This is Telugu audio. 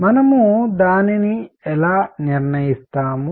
మనము దానిని ఎలా నిర్ణయిస్తాము